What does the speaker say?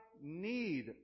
need